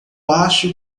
acho